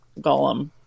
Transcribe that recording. golem